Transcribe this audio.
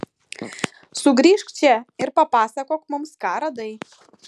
sugrįžk čia ir papasakok mums ką radai